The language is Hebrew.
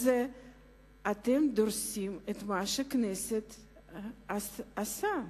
אתם דורסים את מה שהכנסת עשתה.